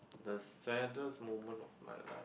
the saddest moment of my life